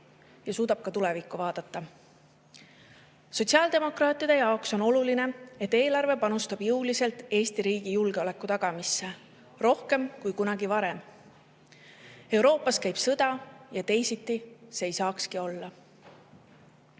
ja suudab ka tulevikku vaadata. Sotsiaaldemokraatide jaoks on oluline, et eelarve panustab jõuliselt Eesti riigi julgeoleku tagamisse, rohkem kui kunagi varem, sest Euroopas käib sõda ja teistsugune see eelarve